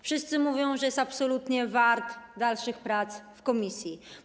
Wszyscy mówią, że jest absolutnie wart dalszych prac w komisji.